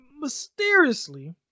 mysteriously